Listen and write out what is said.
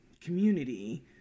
community